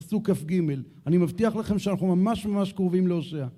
פסוק כג, אני מבטיח לכם שאנחנו ממש ממש קרובים להושע